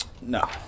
No